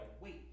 wait